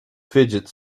fidget